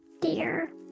Dear